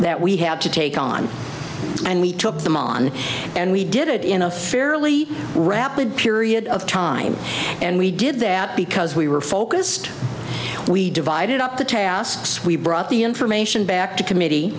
that we had to take on and we took them on and we did it in a fairly rapid period of time and we did that because we were focused we divided up the tasks we brought the information back to committee